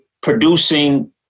producing